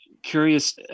Curious